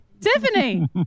Tiffany